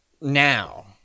now